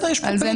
על זה אין